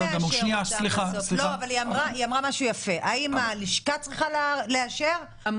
היא אמרה דבר יפה האם הלשכה צריכה לאשר או